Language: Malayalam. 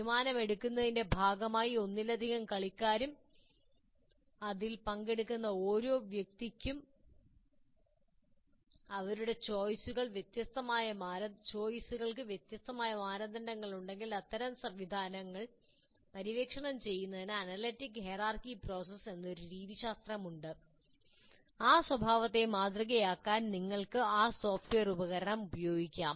തീരുമാനമെടുക്കുന്നതിന്റെ ഭാഗമായ ഒന്നിലധികം കളിക്കാരും അതിൽ പങ്കെടുക്കുന്ന ഓരോ വ്യക്തിക്കും അവരുടെ ചോയിസുകൾക്ക് വ്യത്യസ്ത മാനദണ്ഡങ്ങളുണ്ടെങ്കിൽ അത്തരം സംവിധാനങ്ങൾ പര്യവേക്ഷണം ചെയ്യുന്നതിന് അനലിറ്റിക് ഹൈറാർക്കി പ്രോസസ് എന്ന ഒരു രീതിശാസ്ത്രമുണ്ട് ആ സ്വഭാവത്തെ മാതൃകയാക്കാൻ നിങ്ങൾക്ക് ആ സോഫ്റ്റ്വെയർ ഉപകരണം ഉപയോഗിക്കാം